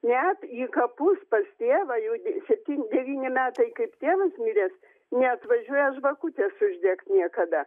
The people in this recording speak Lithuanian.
net į kapus pas tėvą jau septyni devyni metai kaip tėvas miręs neatvažiuoja žvakutės uždegt niekada